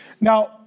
Now